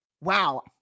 wow